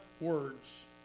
words